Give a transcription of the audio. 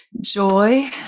joy